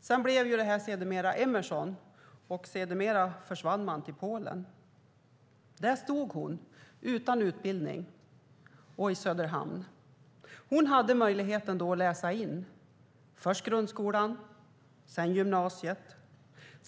Företaget blev sedan Emerson och försvann sedermera till Polen. Där stod hon utan utbildning, och i Söderhamn. Hon hade då möjligheten att läsa in först grundskolan och sedan gymnasiet.